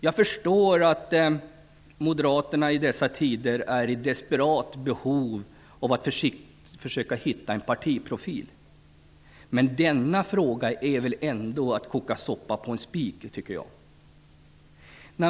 Jag förstår att Moderaterna i dessa tider är i desperat behov av att försöka hitta en partiprofil, men i denna fråga är det att koka soppa på en spik.